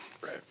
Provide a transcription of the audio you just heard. Right